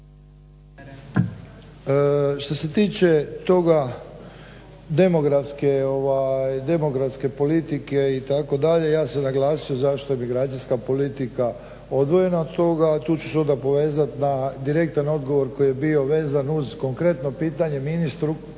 Što se tiče toga demografske politike itd. ja sam naglasio zašto je emigracijska politika odvojena od toga, a tu će se onda povezat na direktan odgovor koji je bio vezan uz konkretno pitanje ministru.